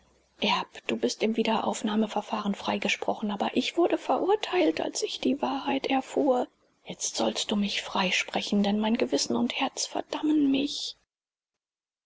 du bist im wiederaufnahmeverfahren freigesprochen aber ich wurde verurteilt als ich die wahrheit erfuhr jetzt sollst du mich freisprechen denn mein gewissen und herz verdammen mich